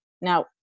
Now